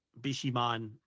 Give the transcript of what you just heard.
Bishiman